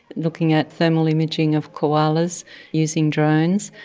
looking at thermal imaging of koalas using drones.